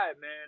man